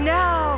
now